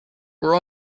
were